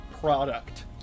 product